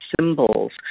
symbols